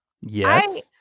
Yes